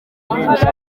menshi